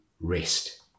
rest